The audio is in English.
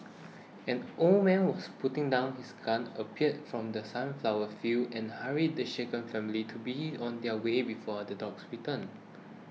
an old man who was putting down his gun appeared from the sunflower fields and hurried the shaken family to being on their way before the dogs return